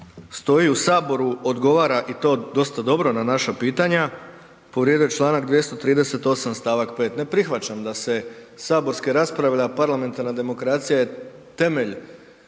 stoji u Saboru, odgovara i to dosta dobro na naša pitanja, povrijedio je čl. 238. st. 5. Ne prihvaćam da se saborska rasprava, a parlamentarna demokracija je temelj